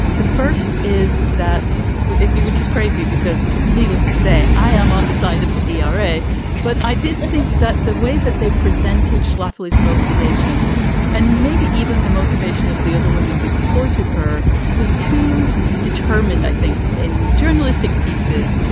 the first is that which is crazy because needless to say, i am on the side of the yeah ah nra. but i did think that the way that they presented schlafly's motivation and maybe even the motivation of the other women who supported her was too determined. i think in journalistic pieces,